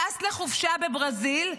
טס לחופשה בברזיל,